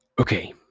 okay